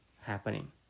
happening